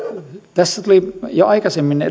tässä jo aikaisemmin